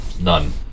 None